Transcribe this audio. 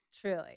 Truly